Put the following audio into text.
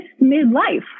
midlife